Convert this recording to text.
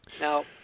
Now